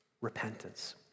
repentance